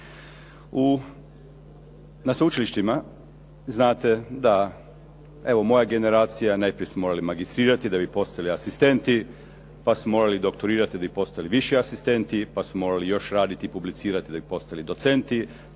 Na sveučilištima znate da evo moja generacija najprije smo morali magistrirati da bi postali asistenti, pa smo morali doktorirati da bi postali viši asistenti, pa smo još raditi i publicirati da bi postali docenti.